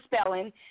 spelling